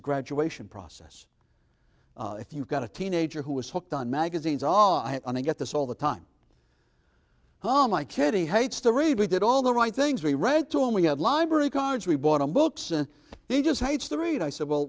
a graduation process if you've got a teenager who is hooked on magazines ah and i get this all the time oh my kid he hates to read we did all the right things we read to him we have library cards we bought them books and he just hates to read i said well